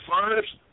first